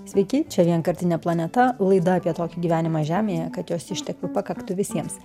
sveiki čia vienkartinė planeta laida apie tokį gyvenimą žemėje kad jos išteklių pakaktų visiems